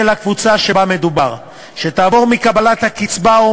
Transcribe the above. של הקבוצה שבה מדובר, שתעבור מקבלת הקצבה או